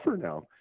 Now